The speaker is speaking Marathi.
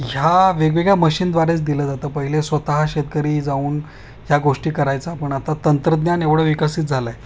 ह्या वेगवेगळ्या मशीनद्वारेच दिलं जातं पहिले स्वतः शेतकरी जाऊन ह्या गोष्टी करायचा पण आता तंत्रज्ञान एवढं विकसित झालं आहे